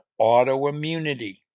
autoimmunity